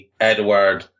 Edward